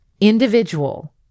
individual